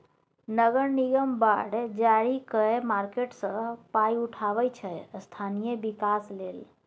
नगर निगम बॉड जारी कए मार्केट सँ पाइ उठाबै छै स्थानीय बिकास लेल